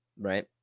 right